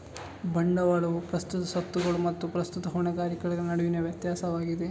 ಬಂಡವಾಳವು ಪ್ರಸ್ತುತ ಸ್ವತ್ತುಗಳು ಮತ್ತು ಪ್ರಸ್ತುತ ಹೊಣೆಗಾರಿಕೆಗಳ ನಡುವಿನ ವ್ಯತ್ಯಾಸವಾಗಿದೆ